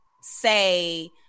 say